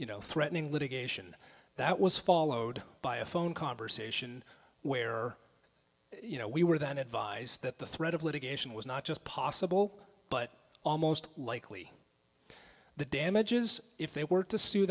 you know threatening litigation that was followed by a phone conversation where you know we were then advised that the threat of litigation was not just possible but almost likely the damages if they w